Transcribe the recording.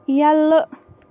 یَلہٕ